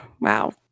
Wow